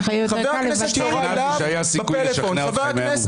ככה יותר קל --- השתכנעתי שהיה סיכוי לשכנע אותך אם היו מומחים...